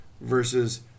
versus